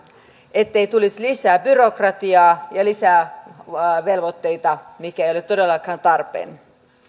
ettei tulisi lisää byrokratiaa ja lisää velvoitteita mitkä eivät ole todellakaan tarpeen